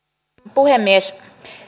puhemies